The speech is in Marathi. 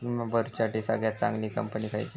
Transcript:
विमा भरुच्यासाठी सगळयात चागंली कंपनी खयची?